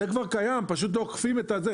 זה כבר קיים, פשוט לא אוכפים את זה.